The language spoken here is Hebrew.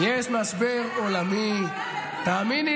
תחליטו